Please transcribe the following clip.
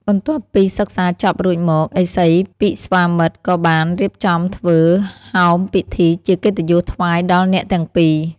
បន្ទាប់ពីសិក្សាចប់រួចមក ឥសីពិស្វាមិត្រក៏បានរៀបចំធ្វើ ហោមពិធីជាកិត្តិយសថ្វាយដល់អ្នកទាំងពីរ។